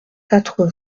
quatre